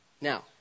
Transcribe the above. now